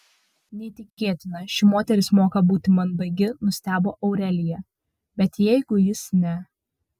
neįtikėtina ši moteris moka būti mandagi nustebo aurelija bet jeigu jis ne